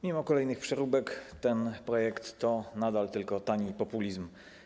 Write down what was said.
Mimo kolejnych przeróbek ten projekt to nadal tylko tani populizm.